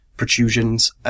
Protrusions